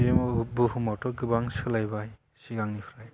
बे बुहुमाथ' गोबां सोलायबाय सिगांनिफ्राय